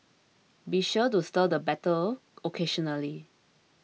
be sure to stir the batter occasionally